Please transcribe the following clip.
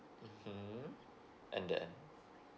mm and then